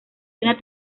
una